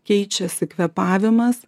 keičiasi kvėpavimas